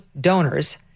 donors